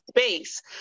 space